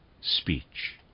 speech